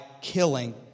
killing